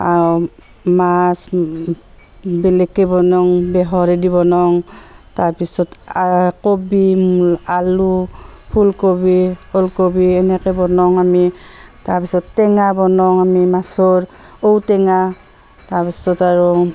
মাছ বেলেগকৈ বনাওঁ বেহৰদি বনাওঁ তাৰপিছত আৰু কবি আলু ফুলকবি ওলকবি এনেকৈ বনাওঁ আমি তাৰপিছত টেঙা বনাওঁ আমি মাছৰ ঔটেঙা তাৰপিছত আৰু